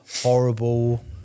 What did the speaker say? horrible